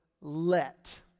let